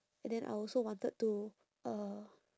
then I also wanted to uh